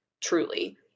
Truly